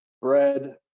bread